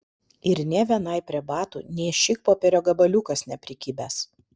ir nė vienai prie batų nė šikpopierio gabaliukas neprikibęs